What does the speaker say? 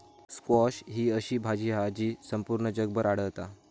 squash ही अशी भाजी हा जी संपूर्ण जगभर आढळता